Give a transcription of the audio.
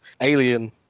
alien